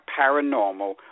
paranormal